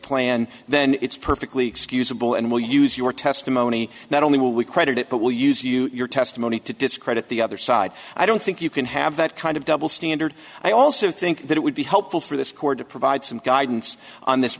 plan then it's perfectly excusable and will use your testimony not only will we credit it but will use you your testimony to discredit the other side i don't think you can have that kind of double standard i also think that it would be helpful for this court to provide some guidance on this